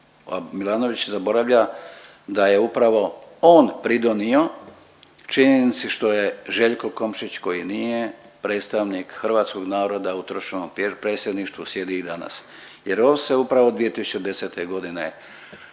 Milanović zaboravlja da je upravo on pridonio činjenici što je Željko Komšić koji nije predstavnik hrvatskog naroda u državnom predsjedništvu sjedi i danas jer on se upravo 2010. godine